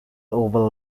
oval